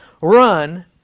run